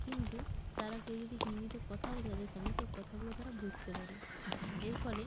কিন্তু তারা কেউ যদি হিন্দিতে কথা বলে তাদের সামনে সেই কথাগুলো তারা বুঝতে পারে এর ফলে